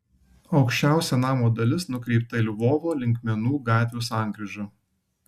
aukščiausia namo dalis nukreipta į lvovo linkmenų gatvių sankryžą